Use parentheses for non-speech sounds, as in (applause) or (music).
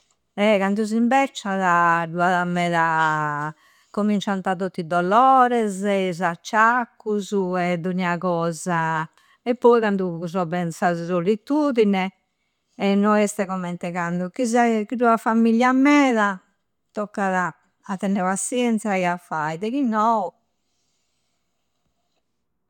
Eh! Candu s'imbecciada du ada meda (hesitation) commincianta tottu i dollorese e is acciaccusu e dogna cosa. E poi candu cuso penza a sa solitudine e no este commente candu. Chi se, chi du a famiglia meda toccada a tenne pazienza e a fai, de chi nou.